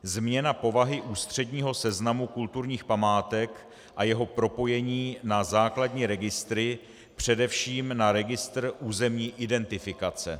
Změna povahy ústředního seznamu kulturních památek a jeho propojení na základní registry, především na registr územní identifikace.